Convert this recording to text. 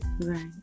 Right